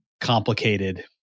complicated